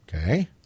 Okay